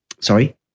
sorry